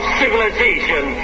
civilization